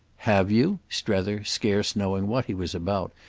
have you? strether, scarce knowing what he was about,